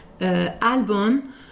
album